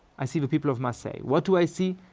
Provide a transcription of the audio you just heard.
i see the people of marseilles. what do i see?